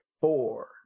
four